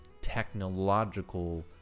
Technological